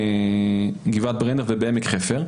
בגבעת ברנר ובעמק חפר,